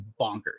bonkers